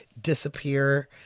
Disappear